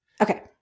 Okay